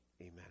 amen